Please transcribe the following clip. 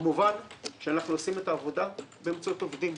אנחנו כמובן עושים את העבודה באמצעות עובדים.